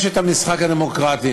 מתקיים המשחק הדמוקרטי: